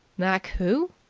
mac who?